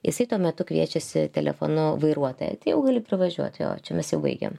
jisai tuo metu kviečiasi telefonu vairuotoją tai jau gali pravažiuot jo čia mes jau baigėm